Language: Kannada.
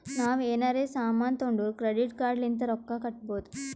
ನಾವ್ ಎನಾರೇ ಸಾಮಾನ್ ತೊಂಡುರ್ ಕ್ರೆಡಿಟ್ ಕಾರ್ಡ್ ಲಿಂತ್ ರೊಕ್ಕಾ ಕಟ್ಟಬೋದ್